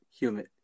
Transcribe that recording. humid